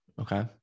Okay